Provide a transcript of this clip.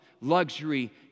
luxury